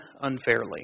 unfairly